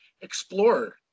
explorer